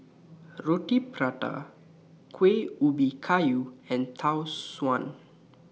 Roti Prata Kuih Ubi Kayu and Tau Suan